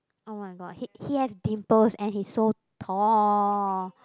oh-my-god he he has dimples and he is so tall